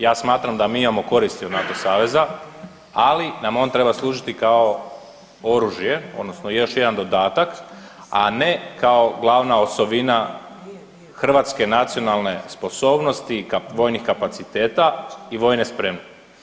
Ja smatram da mi imamo koristi od NATO saveza, ali nam on treba služiti kao oružje odnosno još jedan dodatak, a ne kao glavna osovina hrvatske nacionalne sposobnosti, vojnih kapaciteta i vojne spreme.